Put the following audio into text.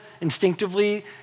instinctively